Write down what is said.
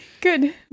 Good